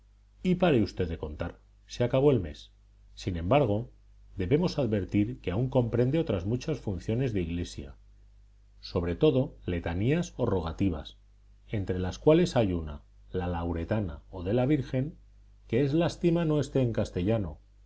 y pare usted de contar se acabó el mes sin embargo debemos advertir que aún comprende otras muchas funciones de iglesia sobre todo letanías orogativas entre las cuales hay una la lauretana o de la virgen que es lástima no esté en castellano